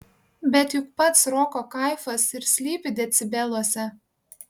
bet juk pats roko kaifas ir slypi decibeluose